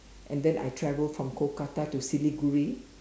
and then I travel from Kolkata to Siliguri